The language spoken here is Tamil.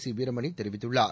சி வீரமணி தெரிவித்துள்ளார்